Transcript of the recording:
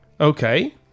Okay